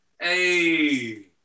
Hey